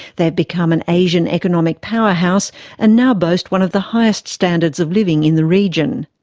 they've become an asian economic powerhouse and now boast one of the highest standards of living in the region.